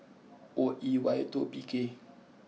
O E Y two P K